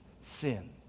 sin